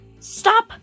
Stop